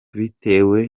bitewe